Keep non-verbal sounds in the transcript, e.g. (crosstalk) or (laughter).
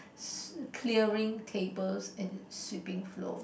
(noise) clearing tables and sweeping floors